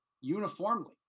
uniformly